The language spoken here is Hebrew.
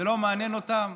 זה לא מעניין אותם.